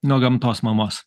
nuo gamtos mamos